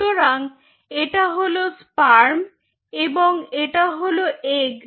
সুতরাং এটা হল স্পার্ম এবং এটা হল এগ্